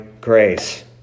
grace